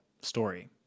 story